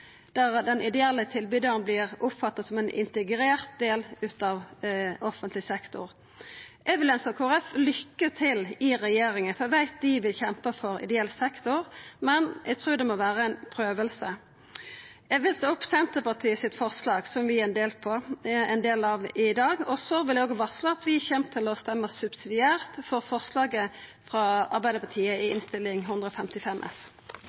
der den ideelle tilbydaren vert oppfatta som ein integrert del av offentleg sektor. Eg vil ønskja Kristeleg Folkeparti lykke til i regjering, for eg veit at dei vil kjempa for ideell sektor, men eg trur det må vera ein prøvelse. Eg vil ta opp forslaget som Senterpartiet har saman med SV. Så vil eg òg varsla at vi kjem til å røysta subsidiært for forslaget frå Arbeidarpartiet i Innst. 155 S.